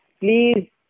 please